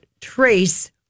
trace